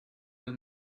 the